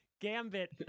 Gambit